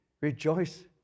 rejoice